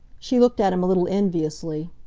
she looked at him a little enviously.